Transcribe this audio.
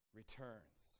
returns